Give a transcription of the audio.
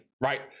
right